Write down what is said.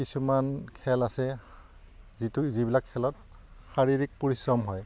কিছুমান খেল আছে যিটো যিবিলাক খেলত শাৰীৰিক পৰিশ্ৰম হয়